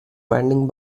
vending